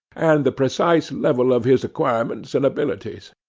and the precise level of his acquirements and abilities?